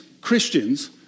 Christians